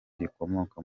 rikomoka